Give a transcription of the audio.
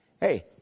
Hey